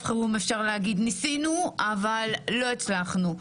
חירום אפשר להגיד שניסינו אבל לא הצלחנו,